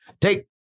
take